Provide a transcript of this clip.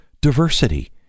diversity